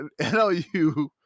NLU